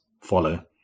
follow